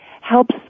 helps